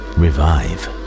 revive